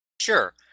Sure